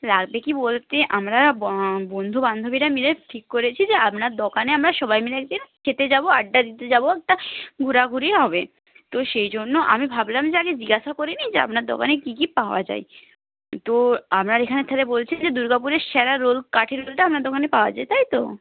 লাগবে কী বলতে আমরা বন্ধু বান্ধবীরা মিলে ঠিক করেছি যে আপনার দোকানে আমরা সবাই মিলে এক দিন খেতে যাব আড্ডা দিতে যাব একটা ঘোরাঘুরি হবে তো সেই জন্য আমি ভাবলাম যে আগে জিজ্ঞাসা করে নিই যে আপনার দোকানে কী কী পাওয়া যায় তো আপনার এখানে তাহলে বলছেন যে দুর্গাপুরের সেরা রোল কাঠি রোলটা আপনার দোকানে পাওয়া যায় তাই তো